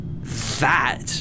That-